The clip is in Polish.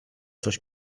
coś